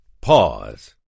pause